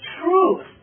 truth